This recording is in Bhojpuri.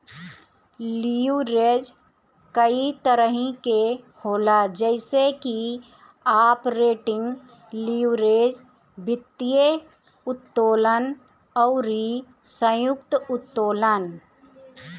लीवरेज कई तरही के होला जइसे की आपरेटिंग लीवरेज, वित्तीय उत्तोलन अउरी संयुक्त उत्तोलन